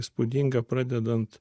įspūdinga pradedant